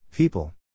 People